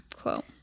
quote